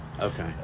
Okay